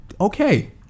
okay